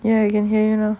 ya I can hear you now